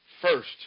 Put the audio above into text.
First